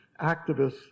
activists